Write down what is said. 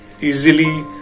easily